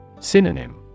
Synonym